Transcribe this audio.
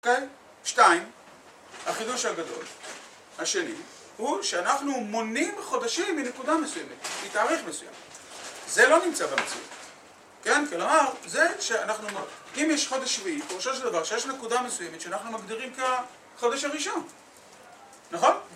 שתיים, החידוש הגדול, השני, הוא שאנחנו מונים חודשים מנקודה מסוימת, מתאריך מסוים זה לא נמצא במציאות, כן? כלומר, זה שאנחנו אומרים, אם יש חודש שביעי, פירושו של דבר שיש נקודה מסוימת שאנחנו מגדירים כחודש הראשון, נכון?